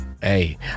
Hey